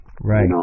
Right